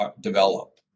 develop